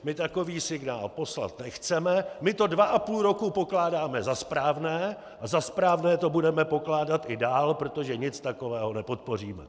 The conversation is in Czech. My takový signál poslat nechceme, my to dva a půl roku pokládáme za správné a za správné to budeme pokládat i dál, protože nic takového nepodpoříme.